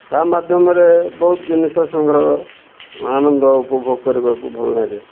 ତା' ମାଧ୍ୟମରେ ବହୁତ ଜିନିଷ ସଂଗ୍ରହ ଆନନ୍ଦ ଉପଭୋଗ କରିବାକୁ ଭଲ ଲାଗେ